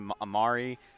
Amari